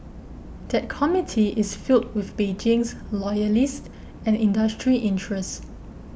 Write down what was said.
that committee is filled with Beijing loyalists and industry interests